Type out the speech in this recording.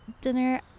dinner